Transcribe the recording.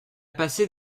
passé